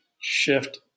shift